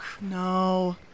No